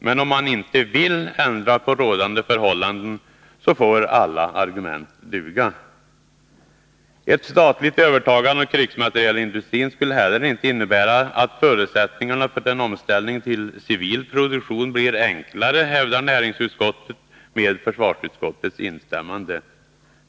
Men om man inte vill ändra på rådande förhållanden får alla argument duga. Ett statligt övertagande av krigsmaterielindustrin skulle inte heller innebära att förutsättningarna för en omställning till civil produktion blir enklare, hävdar näringsutskottet med försvarsutskottets instämmande.